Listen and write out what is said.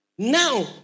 Now